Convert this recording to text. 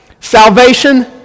Salvation